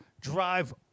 drive